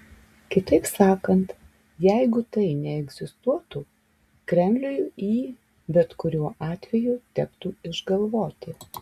kitaip sakant jeigu tai neegzistuotų kremliui jį bet kurio atveju tektų išgalvoti